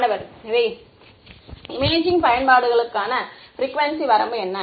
மாணவர் எனவே இமேஜிங் பயன்பாடுகளுக்கான ப்ரிக்குவேன்சி வரம்பு என்ன